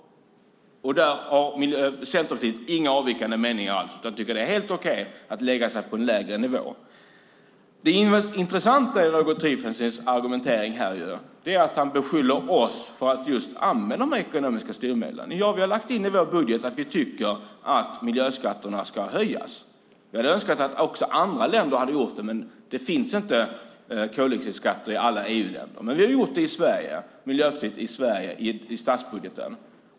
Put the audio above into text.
Centerpartiet har ingen annan mening än att man tycker att det är helt okej att lägga sig på en lägre nivå. Det intressanta i Roger Tiefensees argumentering är att han beskyller oss för att använda de ekonomiska styrmedlen. Ja, vi har lagt in i vår budget att vi tycker att miljöskatterna ska höjas. Jag hade önskat att även andra länder hade gjort det, men det finns inte koldioxidskatter i alla EU-länder. Men det har vi i Miljöpartiet föreslagit i Sverige.